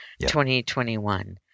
2021